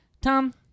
Tom